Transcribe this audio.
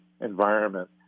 environment